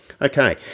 Okay